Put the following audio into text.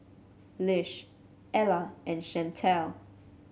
Lish Ella and Chantal